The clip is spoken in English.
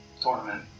tournament